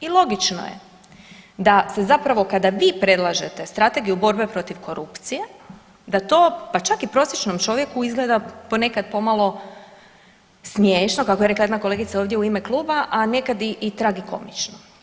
I logično je, da se zapravo kada vi predlažete Strategiju borbe protiv korupcije, da to, pa čak i prosječnog čovjeku, izgleda ponekad malo smiješno, kako je rekla jedna kolegica ovdje u ime Kluba, a nekad i tragikomično.